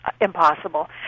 impossible